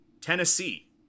Tennessee